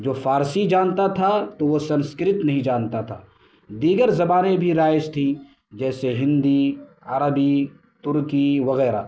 جو فارسی جانتا تھا تو وہ سنسکرت نہیں جانتا تھا دیگر زبانیں بھی رائج تھیں جیسے ہندی عربی ترکی وغیرہ